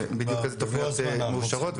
בדיוק איזה תוכניות מאושרות,